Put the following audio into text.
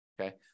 okay